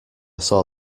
saw